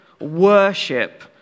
worship